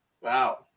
Wow